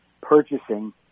purchasing